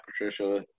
Patricia